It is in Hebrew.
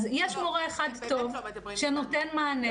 אז יש מורה אחד טוב שנותן מענה,